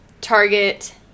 Target